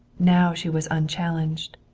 now she was unchallenged.